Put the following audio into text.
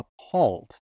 appalled